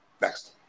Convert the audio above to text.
next